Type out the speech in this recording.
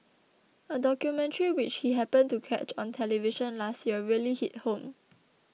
a documentary which he happened to catch on television last year really hit home